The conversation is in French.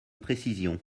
précision